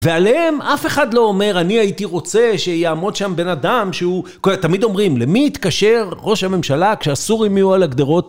ועליהם אף אחד לא אומר, אני הייתי רוצה שיעמוד שם בן אדם שהוא... תמיד אומרים, למי יתקשר ראש הממשלה כשהסורים יהיו על הגדרות?